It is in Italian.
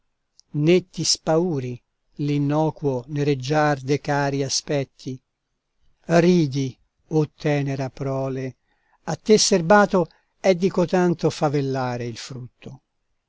ti spauri l'innocuo nereggiar de cari aspetti ridi o tenera prole a te serbato è di cotanto favellare il frutto